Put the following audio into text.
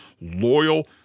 loyal